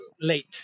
late